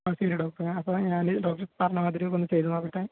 ആ ശരി ഡോക്ടറേ അപ്പോൾ ഞാൻ ഡോക്ടർ പറഞ്ഞമാതിരി ഒന്ന് ചെയ്തു നോക്കട്ടെ